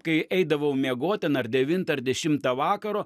kai eidavau miegot ten ar devintą ar dešimtą vakaro